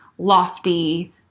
lofty